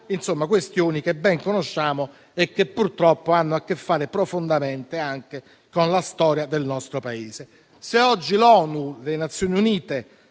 insomma, di questioni che ben conosciamo e che purtroppo hanno a che fare profondamente anche con la storia del nostro Paese. Se oggi le Nazioni Unite